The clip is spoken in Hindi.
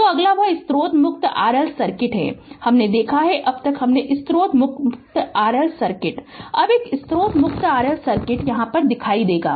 तो अगला वह स्रोत मुक्त RL सर्किट है हमने देखा कि अब तक हमने स्रोत मुक्त RL सर्किट है अब एक स्रोत मुक्त RL सर्किट दिखाई देगा